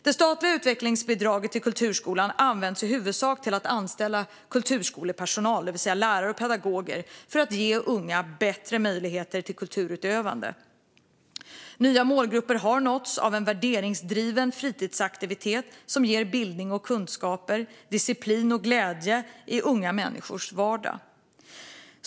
Det statliga utvecklingsbidraget till kulturskolan används i huvudsak till att anställa kulturskolepersonal, det vill säga lärare och pedagoger, för att ge unga bättre möjligheter till kulturutövande. Nya målgrupper har nåtts av en värderingsdriven fritidsaktivitet som ger bildning och kunskaper, disciplin och glädje i unga människors vardag.